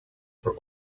for